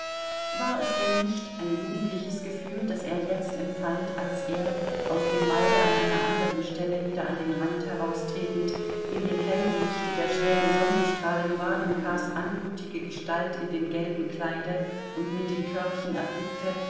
war es denn nicht ein jugendliches gefühl das er jetzt empfand als er aus dem walde an einer anderen stelle wieder an den rand heraustretend in dem hellen lichte der schrägen sonnenstrahlen warjenkas anmutige gestalt in dem gelben kleide und mit dem körbchen erblickte